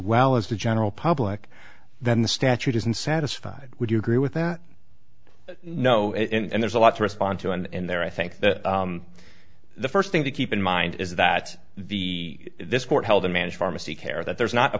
well as the general public then the statute isn't satisfied would you agree with that no and there's a lot to respond to and in there i think the first thing to keep in mind is that the this court held to manage pharmacy care that there's not a